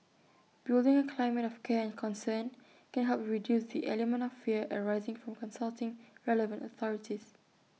building A climate of care and concern can help reduce the element of fear arising from consulting relevant authorities